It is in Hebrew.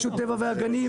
רשות הטבע והגנים,